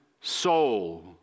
soul